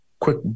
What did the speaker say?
quick